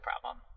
problem